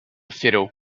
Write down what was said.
fiddle